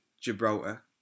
Gibraltar